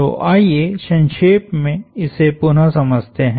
तो आइए संक्षेप में इसे पुनः समझते हैं